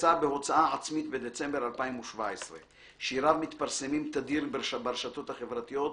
יצא בהוצאה עצמית בדצמבר 2017. שיריו מתפרסמים תדיר ברשתות החברתיות,